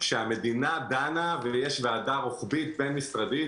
שהמדינה דנה ויש ועדה רוחבית בין-משרדית,